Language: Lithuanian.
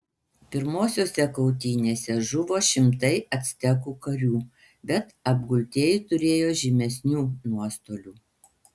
pirmosiose kautynėse žuvo šimtai actekų karių bet apgultieji turėjo žymesnių nuostolių